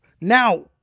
Now